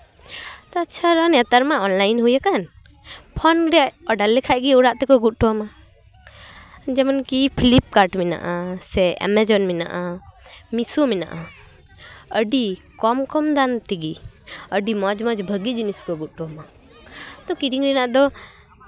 ᱛᱟᱪᱷᱟᱲᱟ ᱱᱮᱛᱟᱨ ᱢᱟ ᱚᱱᱞᱟᱭᱤᱱ ᱦᱩᱭ ᱟᱠᱟᱱ ᱯᱷᱳᱱ ᱨᱮ ᱚᱰᱟᱨ ᱞᱮᱠᱷᱟᱡ ᱜᱮ ᱚᱲᱟᱜ ᱛᱮᱠᱚ ᱟᱹᱜᱩ ᱦᱚᱴᱚ ᱟᱢᱟ ᱡᱮᱢᱚᱱᱠᱤ ᱯᱷᱤᱞᱤᱯᱠᱟᱨᱴ ᱢᱮᱱᱟᱜᱼᱟ ᱥᱮ ᱮᱢᱟᱡᱚᱱ ᱢᱮᱱᱟᱜᱼᱟ ᱢᱤᱥᱳ ᱢᱮᱱᱟᱜᱼᱟ ᱟᱹᱰᱤ ᱠᱚᱢ ᱠᱚᱢ ᱫᱟᱢ ᱛᱮᱜᱮ ᱟᱹᱰᱤ ᱢᱚᱡᱽ ᱢᱚᱡᱽ ᱵᱷᱟᱜᱮ ᱡᱤᱱᱤᱥ ᱠᱚ ᱟᱹᱜᱩ ᱦᱚᱴᱚ ᱟᱢᱟ ᱛᱚ ᱠᱤᱨᱤᱧ ᱨᱮᱱᱟᱜ ᱫᱚ